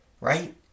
right